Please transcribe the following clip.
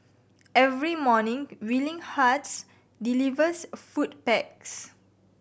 every morning Willing Hearts delivers food packs